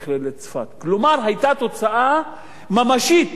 היתה תוצאה ממשית לאמירות האלו,